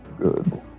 Good